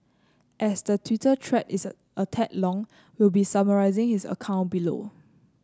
as the Twitter thread is a tad long we'll be summarising his account below